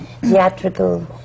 theatrical